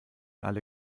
alle